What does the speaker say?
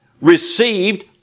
Received